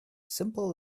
simple